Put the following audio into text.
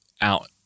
out